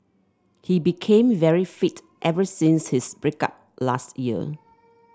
he became very fit ever since his break up last year